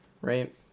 right